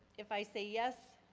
if i say yes,